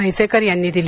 म्हैसेकर यांनी दिली